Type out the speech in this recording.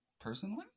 Personally